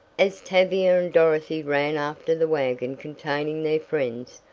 as tavia and dorothy ran after the wagon containing their friends,